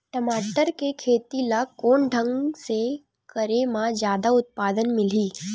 टमाटर के खेती ला कोन ढंग से करे म जादा उत्पादन मिलही?